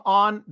on